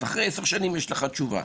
אז אחרי עשר שנים יש לך תשובה.